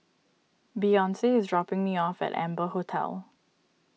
Beyonce is dropping me off at Amber Hotel